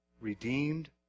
Redeemed